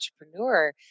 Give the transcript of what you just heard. entrepreneur